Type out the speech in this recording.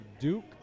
Duke